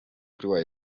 www